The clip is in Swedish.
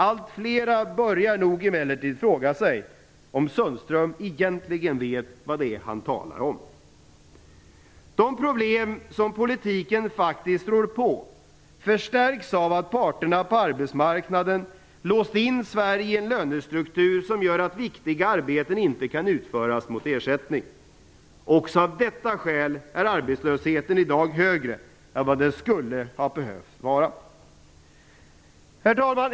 Allt fler börjar nog emellertid fråga sig om Sundström egentligen vet vad han talar om. De problem som politiken faktiskt rår på förstärks av att parterna på arbetsmarknaden låst in Sverige i en lönestruktur som gör att viktiga arbeten inte kan utföras mot ersättning. Också av detta skäl är arbetslösheten i dag högre än vad den skulle ha behövt vara.